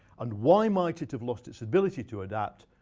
and why might it have lost its ability to adapt?